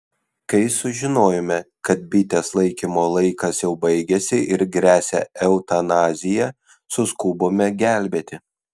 kai sužinojome kad bitės laikymo laikas jau baigėsi ir gresia eutanazija suskubome gelbėti